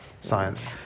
science